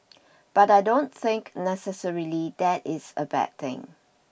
but I don't think necessarily that is a bad thing